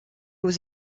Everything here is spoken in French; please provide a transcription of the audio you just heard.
aux